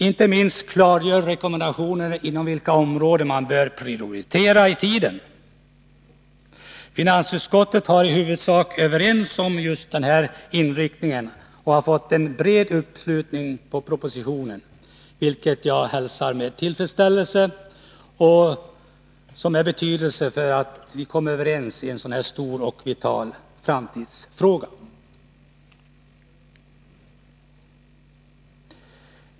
Inte minst klargör rekommendationerna inom vilka områden man bör prioritera i tiden. Vi inom finansutskottet är i huvudsak överens om den inriktningen. Det har i utskottet blivit en bred uppslutning kring propositionen, vilket jag hälsar med tillfredsställelse. Det är av betydelse att vi kan komma överens i en så stor och vital framtidsfråga.